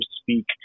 speak